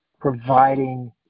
providing